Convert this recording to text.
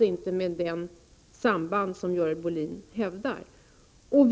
Det finns med andra ord inget sådant samband som Görel Bohlin påstår skulle finnas.